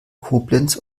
koblenz